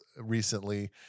recently